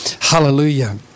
Hallelujah